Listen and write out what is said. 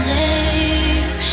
days